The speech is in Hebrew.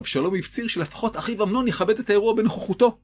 אבשלום הפציר שלפחות אחיו אמנון יכבד את האירוע בנוכחותו.